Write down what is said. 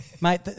Mate